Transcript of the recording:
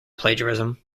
plagiarism